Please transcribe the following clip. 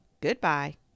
Goodbye